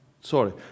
sorry